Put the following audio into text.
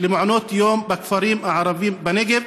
למעונות יום בכפרים הערביים בנגב,